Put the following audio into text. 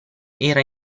era